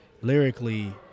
lyrically